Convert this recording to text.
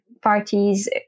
parties